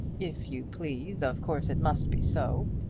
if you please, of course it must be so.